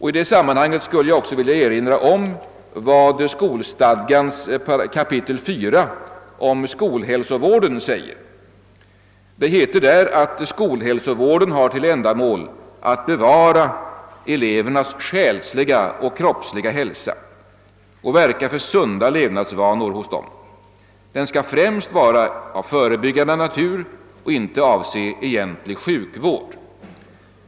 I det sammanhanget skulle jag också vilja erinra om vad skolstadgans kap. 4 om skolhälsovård säger. Det heter där att skolhälsovården har till ändamål att bevara elevernas själsliga och kroppsliga hälsa och verka för sunda levnadsvanor hos dem. Den skall främst vara av förebyggande natur och inte avse egentlig sjukvård.